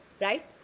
right